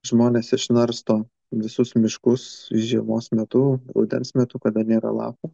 žmonės išnarsto visus miškus žiemos metu rudens metu kada nėra lapų